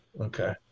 okay